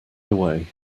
away